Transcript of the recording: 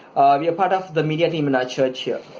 we are part of the media team in our church here.